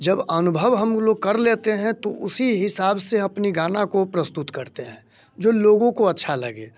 जब अनुभव हम लोग कर लेते हैं तो उसी हिसाब से अपने गाने को प्रस्तुत करते हैं जो लोगों को अच्छा लगे